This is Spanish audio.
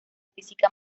física